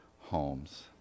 homes